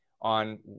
on